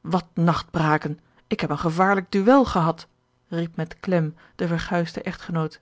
wat nachtbraken ik heb een gevaarlijk duel gehad riep met klem de verguisde echtgenoot